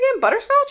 Butterscotch